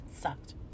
sucked